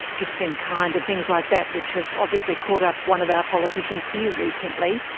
gifts in kind and things like that which have obviously caught up one of our politicians here recently,